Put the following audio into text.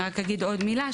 אני רק אגיד עוד מילה,